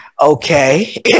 okay